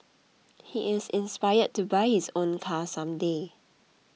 he is inspired to buy his own car some day